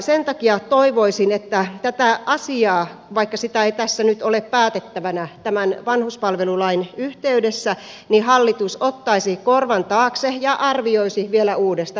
sen takia toivoisin että tämän asian vaikka sitä ei tässä nyt ole päätettävänä tämän vanhuspalvelulain yhteydessä hallitus ottaisi korvan taakse ja arvioisi vielä uudestaan